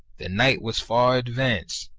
the night was far advanced,